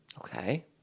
okay